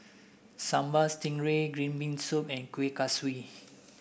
Sambal Stingray Green Bean Soup and Kuih Kaswi